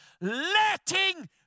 letting